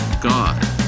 god